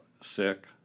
sick